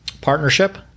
partnership